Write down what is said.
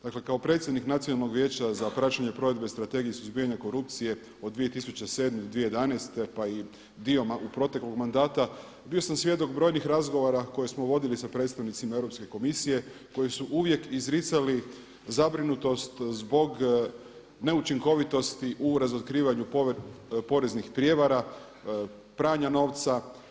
Dakle, kao predsjednik Nacionalnog vijeća za praćenje provedbe Strategije suzbijanja korupcije od 2007. do 2011., pa i dio proteklog mandata, bio sam svjedok brojnih razgovora koje smo vodili sa predstavnicima Europske komisije koji su uvijek izricali zabrinutost zbog neučinkovitosti u razotkrivanju poreznih prijevara, pranja novca.